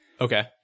okay